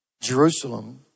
Jerusalem